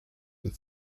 with